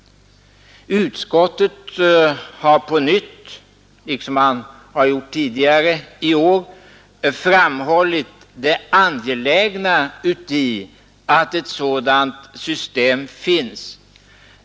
Utskottet har på nytt — liksom tidigare i år — framhållit det angelägna i att ett sådant system finns.